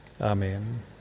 Amen